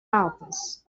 office